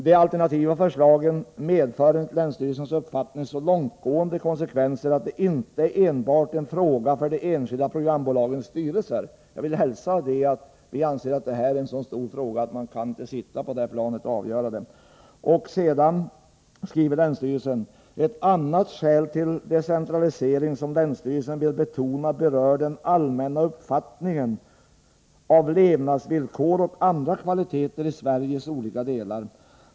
De alternativa förslagen medför, enligt länsstyrelsens uppfattning, så långtgående konsekvenser att det inte enbart är en fråga för de enskilda programbolagens styrelser.” Jag vill hälsa att vi anser att detta är en så stor fråga att man inte kan sitta på detta plan och avgöra den. Vidare skriver länsstyrelsen: ”Ett annat skäl till decentralisering som länsstyrelsen vill betona berör den allmänna uppfattningen av levnadsvillkor och andra kvaliteter i Sveriges olika delar.